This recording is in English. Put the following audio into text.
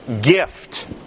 gift